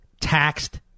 taxed